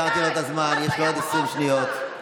הזיה בראש שלך.